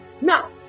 Now